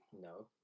No